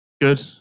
good